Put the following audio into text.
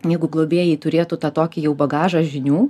jeigu globėjai turėtų tą tokį jau bagažą žinių